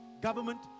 government